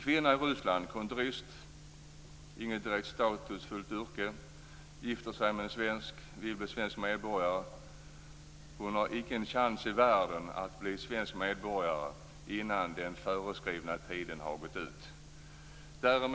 Kvinnan är kontorist - hon har alltså inte direkt ett statusfyllt yrke - gifter sig med en svensk och vill bli svensk medborgare. Men hon har icke en chans i världen att bli svensk medborgare innan föreskriven tid har gått ut.